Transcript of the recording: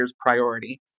priority